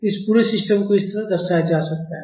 तो इस पूरे सिस्टम को इस तरह दर्शाया जा सकता है